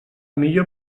millor